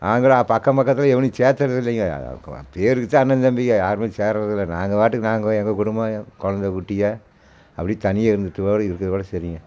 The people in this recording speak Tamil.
நாங்களும் அக்கம் பக்கத்தில் எவனையும் சேத்தறது இல்லைங்க பேருக்கு தான் அண்ணன் தம்பிங்க யாருமே சேர்றது இல்லை நாங்கள் பாட்டுக்கு நாங்கள் எங்கள் குடும்பம் எங்க கொழந்தை குட்டிகள் அப்படி தனியாக இருந்துவிட்டு ஓட இருக்கிறது ஓட சரிங்க